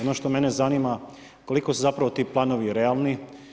Ono što mene zanima, koliko su zapravo ti planovi realni?